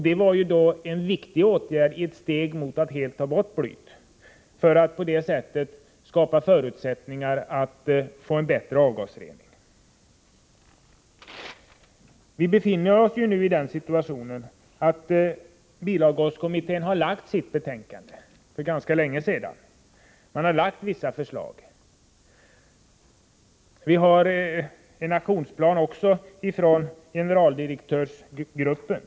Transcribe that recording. Det var ett viktigt steg på vägen mot att helt ta bort blyet och på det sättet skapa förutsättningar för en bättre avgasrening. Vi befinner oss nu i den situationen att bilavgaskommittén har avgivit sitt betänkande för ganska länge sedan och framlagt vissa förslag. Vi har en aktionsplan även från generaldirektörsgruppen.